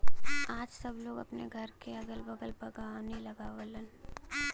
आज सब लोग अपने घरे क अगल बगल बागवानी लगावलन